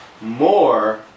more